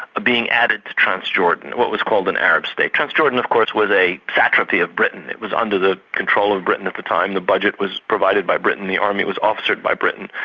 being added to transjordan. what was called an arab state. transjordan of course was a satrapy of britain, it was under the control of britain at the time, the budget was provided by britain, the army was officered by britain,